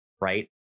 Right